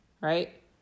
right